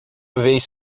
vez